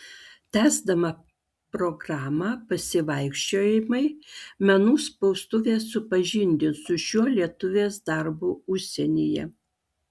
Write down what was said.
tęsdama programą pasivaikščiojimai menų spaustuvė supažindins su šiuo lietuvės darbu užsienyje